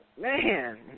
Man